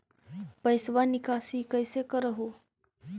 पैसवा निकासी कैसे कर हो?